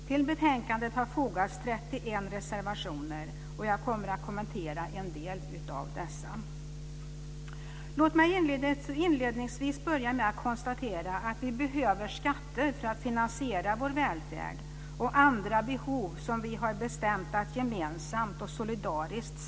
Till betänkandet har fogats 31 reservationer, och jag kommer att kommentera en del av dessa. Låt mig inledningsvis konstatera att vi behöver skatter för att finansiera vår välfärd och andra behov, som vi har bestämt att svara för gemensamt och solidariskt.